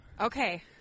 Okay